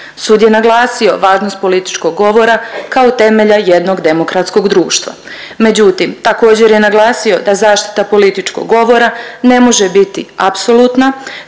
Sud je naglasio važnost političkog govora kao temelja jednog demokratskog društva. Međutim, također je naglasio da zaštita političkog govora ne može biti apsolutna